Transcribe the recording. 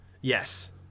Yes